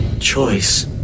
Choice